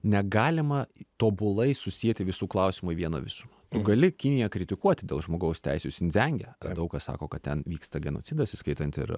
negalima tobulai susieti visų klausimų į vieną visumą tu gali kiniją kritikuoti dėl žmogaus teisių sindziange daug kas sako kad ten vyksta genocidas įskaitant ir